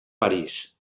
parís